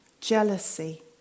jealousy